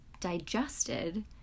digested